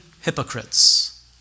hypocrites